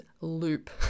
loop